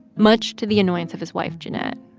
much to the annoyance of his wife, jennet